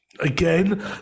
Again